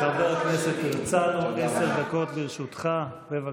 חבר הכנסת הרצנו, עשר דקות לרשותך, בבקשה.